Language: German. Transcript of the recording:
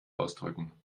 ausdrücken